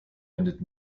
wendet